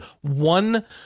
one